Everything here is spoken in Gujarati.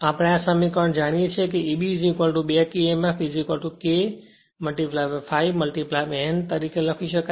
આપણે આ સમીકરણ જાણીએ છીએ કે Eb બેક Emf KK∅n લખી શકાય